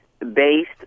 Based